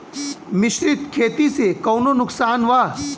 मिश्रित खेती से कौनो नुकसान वा?